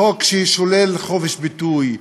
חוק ששולל חופש ביטוי,